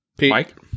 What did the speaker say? Mike